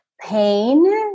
pain